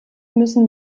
müssen